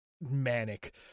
manic